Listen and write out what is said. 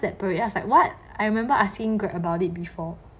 that parade then I was like what I remember asking greg about it before